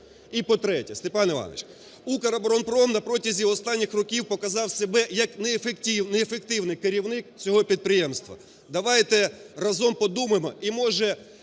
І, по-третє. Степан Іванович, "Укроборонпром" на протязі останніх років показав себе як неефективний керівник цього підприємства. Давайте разом подумаємо - і, може,